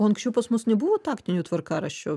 o anksčiau pas mus nebuvo taktinių tvarkaraščių